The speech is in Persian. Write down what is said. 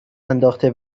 انداخته